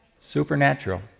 Supernatural